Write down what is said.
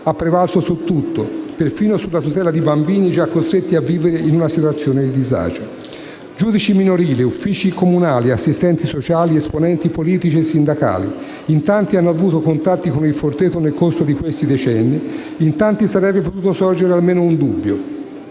ha prevalso su tutto, perfino sulla tutela di bambini già costretti a vivere una situazione di disagio. Giudici minorili, uffici comunali, assistenti sociali, esponenti politici e sindacali: in tanti hanno avuto contatti con Il Forteto nel corso di questi decenni, in tanti sarebbe potuto sorgere almeno un dubbio.